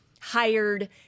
hired